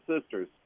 sisters